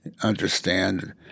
understand